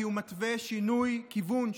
כי הוא מתווה שינוי כיוון,